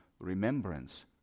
remembrance